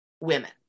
women